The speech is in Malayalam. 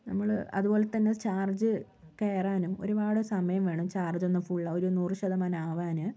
നമ്മള് അതുപോലെ തന്നെ ചാർജ് കയറാനും ഒരുപാട് സമയം വേണം ചാർജൊന്ന് ഫുള്ള് ഒരു നൂറ് ശതമാനം ആവാന്